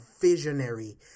visionary